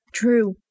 True